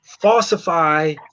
falsify